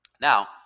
Now